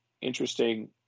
interesting